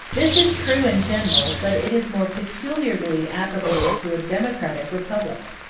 this is true in general, but it is more peculiarly applicable to a democratic republic.